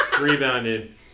rebounded